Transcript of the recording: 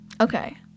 okay